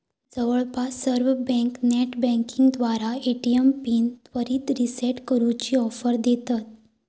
जवळपास सर्व बँका नेटबँकिंगद्वारा ए.टी.एम पिन त्वरित रीसेट करूची ऑफर देतत